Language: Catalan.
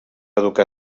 educar